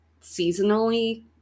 seasonally